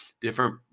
different